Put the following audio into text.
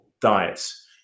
diets